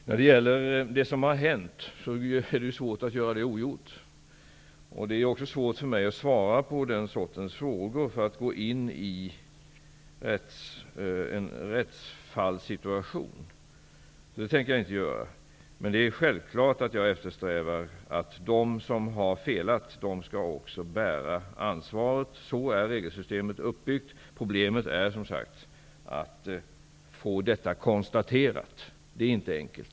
När det gäller det som har hänt får jag säga att det som är gjort inte kan göras ogjort. Men det är svårt för mig att svara på den sortens frågor. Det handlar ju om att gå in i en rättsfallssituation, och det tänker jag inte göra. Men det är självklart att jag eftersträvar att de som har felat får bära ansvaret. Så är regelsystemet uppbyggt. Problemet är som sagt att få detta konstaterat, för det är inte enkelt.